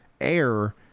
air